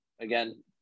Again